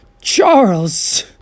charles